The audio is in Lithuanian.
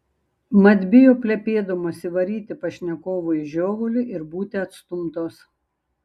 mat bijo plepėdamos įvaryti pašnekovui žiovulį ir būti atstumtos